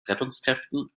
rettungskräften